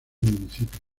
municipio